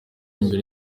imbere